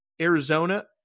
Arizona